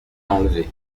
enlevé